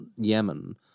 Yemen